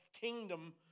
kingdom